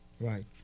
right